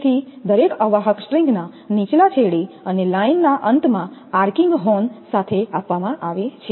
તેથી દરેક અવાહક સ્ટ્રિંગના નીચલા છેડે અને લાઇનના અંતમાં આર્કિંગ હોર્ન સાથે આપવામાં આવે છે